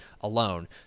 alone